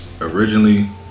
originally